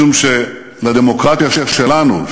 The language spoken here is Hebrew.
משום שלדמוקרטיה שלנו,